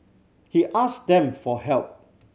he ask them for help